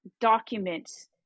documents